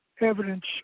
evidence